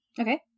Okay